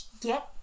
Get